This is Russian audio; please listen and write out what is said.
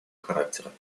характера